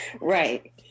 right